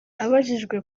abajijwe